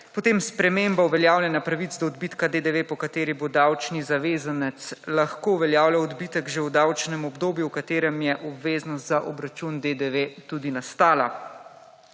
Potem spremembo uveljavljanja pravic do odbitka DDV po kateri bo davčni zavezanec lahko uveljavljal odbitek že v davčnem obdobju v katerem je obveznost za obračun DDV tudi nastala.